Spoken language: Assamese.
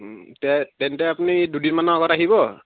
তে তেন্তে আপুনি দুদিনমানৰ আগত আহিব